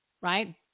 right